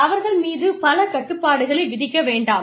அவர்கள் மீது பல கட்டுப்பாடுகளை விதிக்க வேண்டாம்